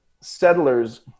settlers